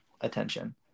attention